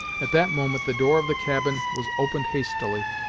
at that moment the door of the cabin was opened hastily,